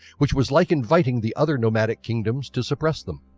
which was like inviting the other nomadic kingdoms to suppress them.